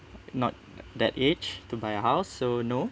not that age to buy a house so no